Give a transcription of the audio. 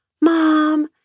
Mom